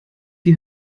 die